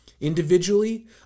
Individually